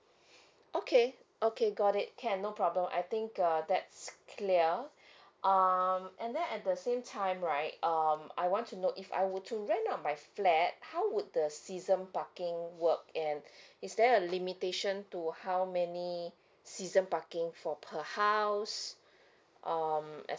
okay okay got it can no problem I think uh that's clear um and then at the same time right um I want to know if I were to rent out my flat how would the season parking work and is there a limitation to how many season parking for per house um etcetera